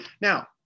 Now